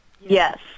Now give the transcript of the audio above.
yes